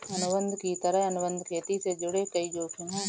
अनुबंध की तरह, अनुबंध खेती से जुड़े कई जोखिम है